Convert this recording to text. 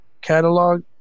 catalog